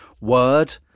word